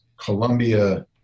Columbia